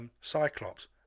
Cyclops